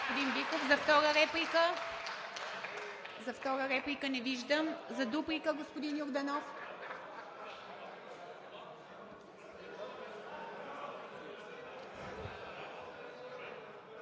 За втора реплика? Не виждам. За дуплика – господин Йорданов.